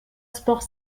sports